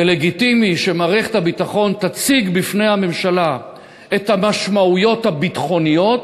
ולגיטימי שמערכת הביטחון תציג בפני הממשלה את המשמעויות הביטחוניות,